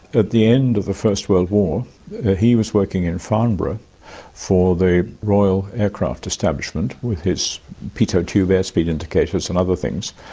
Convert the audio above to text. at the end of the first world war he was working in farnborough for the royal aircraft establishment with his pitot tube airspeed indicators and other things,